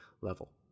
level